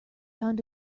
found